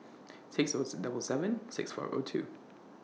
six Os double seven six four O two